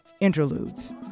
interludes